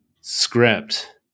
script